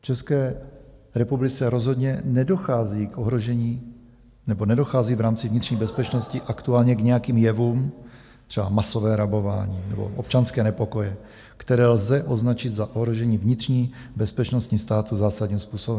V České republice rozhodně nedochází k ohrožení, nebo nedochází v rámci vnitřní bezpečnosti aktuálně k nějakým jevům, třeba masové rabování nebo občanské nepokoje, které lze označit za ohrožení vnitřní bezpečnostní státu zásadním způsobem.